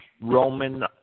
Roman